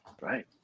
right